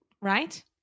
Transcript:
right